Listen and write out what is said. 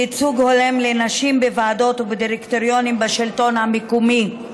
ייצוג הולם לנשים בוועדות ודירקטוריונים בשלטון המקומי).